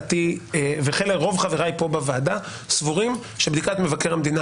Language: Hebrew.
ורוב חבריי פה בוועדה סבורים שבדיקת מבקר המדינה,